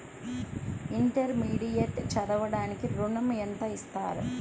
Intermediate చదవడానికి ఋణం ఎంత ఇస్తారు?